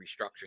restructuring